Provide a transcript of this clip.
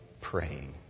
praying